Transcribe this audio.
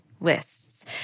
lists